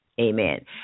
Amen